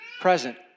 present